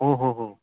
ઓહોહો